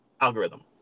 algorithm